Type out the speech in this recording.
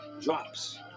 drops